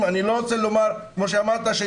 רוצה לומר, כמו שאמרת,